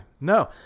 No